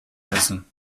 essen